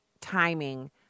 timing